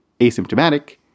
asymptomatic